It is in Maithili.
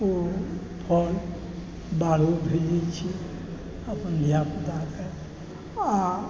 ओ फल बाहरो भेजै छी अपन धिआपुताके आओर